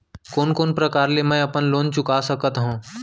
कोन कोन प्रकार ले मैं अपन लोन चुका सकत हँव?